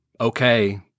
okay